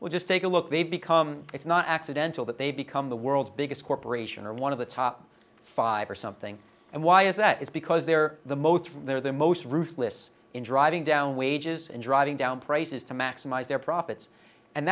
will just take a look they've become it's not accidental that they become the world's biggest corporation or one of the top five or something and why is that is because they're the most from they're the most ruthless in driving down wages and driving down prices to maximize their profits and